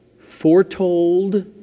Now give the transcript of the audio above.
foretold